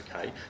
okay